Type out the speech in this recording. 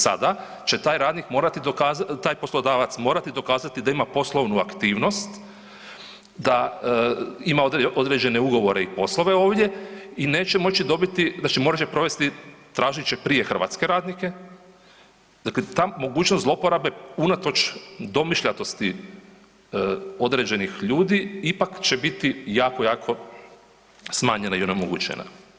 Sada će taj radnik morati dokazati, taj poslodavac morati dokazati da ima poslovnu aktivnost, da ima određene ugovore i poslove ovdje i neće moći dobiti, znači morat će provesti, tražit će prije Hrvatske radnike, dakle ta mogućnost zlouporabe unatoč domišljatosti određenih ljudi ipak će biti jako, jako smanjena i onemogućena.